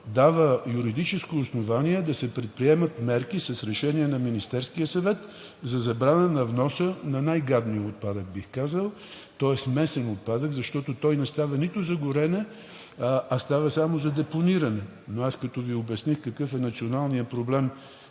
дава юридическо основание да се предприемат мерки с решение на Министерския съвет за забрана на вноса на най-гадния отпадък, бих казал, той е смесен отпадък, защото не става нито за горене, а става само за депониране. Но аз като Ви обясних какъв е националният проблем,